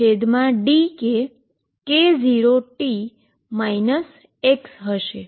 તો હવે શું થશે